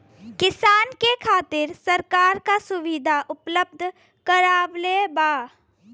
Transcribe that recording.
किसान के खातिर सरकार का सुविधा उपलब्ध करवले बा?